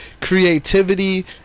creativity